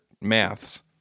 maths